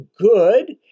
good